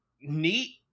neat